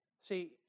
See